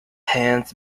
hands